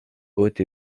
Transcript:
hautes